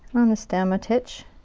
on the stem, a titch.